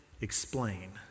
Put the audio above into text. explain